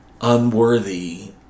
unworthy